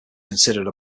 considered